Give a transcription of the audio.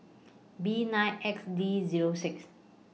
B nine X D Zero six